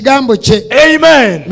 Amen